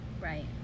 Right